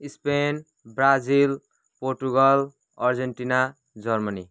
Spain Brazil Portugal Argentina Germany